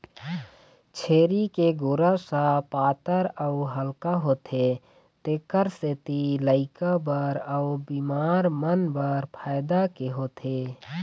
छेरी के गोरस ह पातर अउ हल्का होथे तेखर सेती लइका बर अउ बिमार मन बर फायदा के होथे